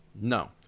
No